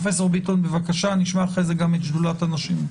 אחרי זה נשמע גם את שדולת הנשים.